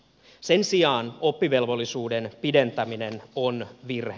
sen sijaan oppivelvollisuuden pidentäminen on virhe